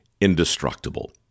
indestructible